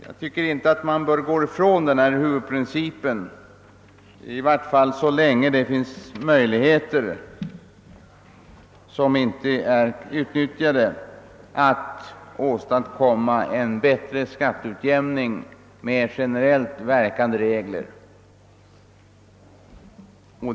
Jag tycker inte att man bör gå ifrån denna huvudprincip, i varje fall inte så länge det finns outnyttjade möjligheter att åstadkomma en bättre skatteutjämning med generellt verkande regler.